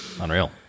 Unreal